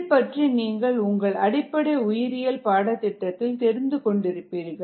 இதைப்பற்றி நீங்கள் உங்கள் அடிப்படை உயிரியல் பாடத்திட்டத்தில் தெரிந்து கொண்டிருப்பீர்கள்